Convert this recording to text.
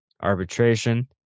Arbitration